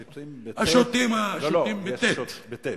השוטים, בטי"ת?